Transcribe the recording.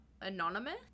anonymous